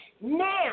Now